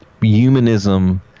humanism